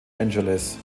angeles